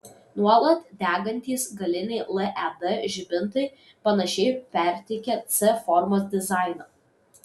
nuolat degantys galiniai led žibintai panašiai perteikia c formos dizainą